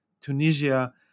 Tunisia